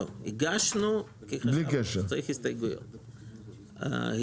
לא הגשנו כי צריך הסתייגויות,